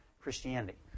Christianity